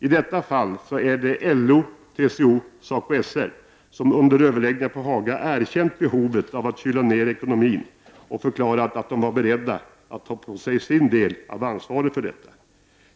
I detta fall är det LO, TCO och SACO, som under överläggningarna på Haga erkänt behovet av att kyla ner ekonomin och förklarat att de var beredda att ta på sig sin del av ansvaret för detta.